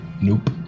Nope